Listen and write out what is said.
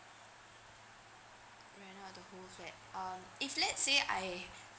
rent out the whole flat uh if let's say I